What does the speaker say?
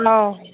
ꯑꯧ